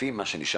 לפי מה ששמעתי,